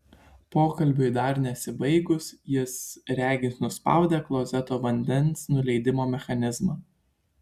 pokalbiui dar nesibaigus jis regis nuspaudė klozeto vandens nuleidimo mechanizmą